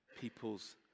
people's